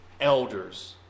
elders